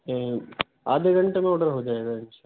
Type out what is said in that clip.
آدھے گھنٹے میں آڈر ہو جائے گا ان شاء اللہ